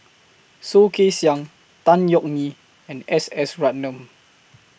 Soh Kay Siang Tan Yeok Nee and S S Ratnam